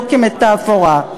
ולא כמטפורה.